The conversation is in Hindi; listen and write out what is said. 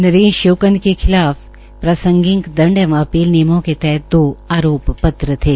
नरेश श्योकंद के खिलाफ प्रासंगिक दंड एवं अपील नियमों के तहत दो आरोप पत्र थे